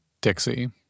Dixie